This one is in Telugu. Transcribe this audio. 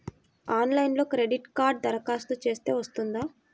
ఆన్లైన్లో క్రెడిట్ కార్డ్కి దరఖాస్తు చేస్తే వస్తుందా?